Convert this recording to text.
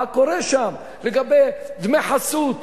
מה קורה שם לגבי דמי חסות.